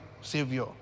Savior